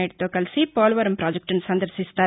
నాయుడుతో కలిసి పోలవరం పాజెక్టును సందర్భిస్తారు